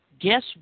guess